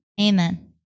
Amen